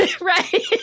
Right